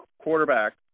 quarterback